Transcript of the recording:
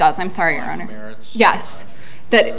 does i'm sorry yes that